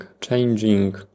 changing